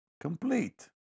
complete